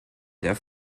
der